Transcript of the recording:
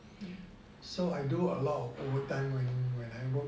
so I do a lot of overtime when when I work